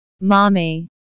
Mommy